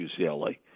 UCLA